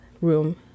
room